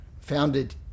founded